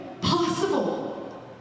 possible